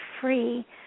free